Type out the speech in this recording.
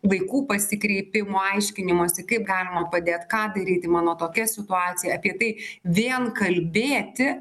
vaikų pasikreipimų aiškinimosi kaip galima padėt ką daryti mano tokia situacija apie tai vien kalbėti